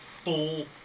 full